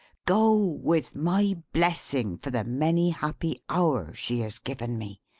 go, with my blessing for the many happy hours she has given me,